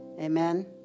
Amen